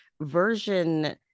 version